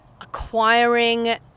acquiring